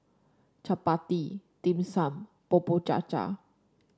chappati Dim Sum Bubur Cha Cha